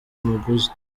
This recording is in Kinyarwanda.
umuguzi